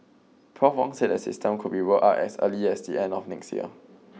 prof Wong said the system could be rolled out as early as the end of next year